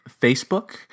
Facebook